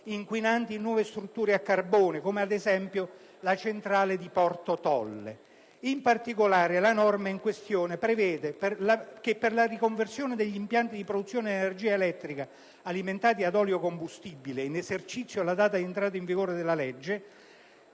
inquinanti in nuove strutture a carbone, come ad esempio la centrale di Porto Tolle. In particolare, la norma in questione prevede che per la riconversione degli impianti di produzione di energia elettrica alimentati ad olio combustibile, in esercizio alla data di entrata in vigore della legge